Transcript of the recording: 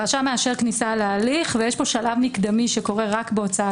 הרשם מאשר כניסה להליך ויש פה שלב מקדמי שקורה רק בהוצאה